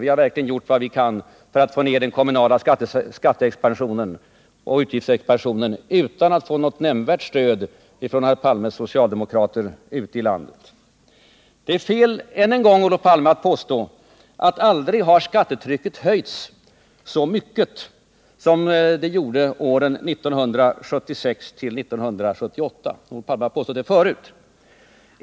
Vi har verkligen gjort vad vi kunnat för att få ned den kommunala skatteoch utgiftsexpansionen utan att få något nämnvärt stöd från Olof Palmes socialdemokrater ute i landet. Än en gång Olof Palme: Det är fel att påstå att skattetrycket aldrig höjts så mycket som under åren 1976-1978. Olof Palme har påstått detta förut.